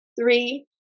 three